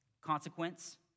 consequence